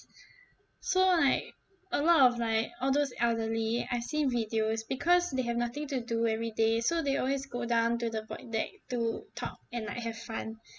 so like a lot of like all those elderly I seen videos because they have nothing to do every day so they always go down to the void deck to talk and like have fun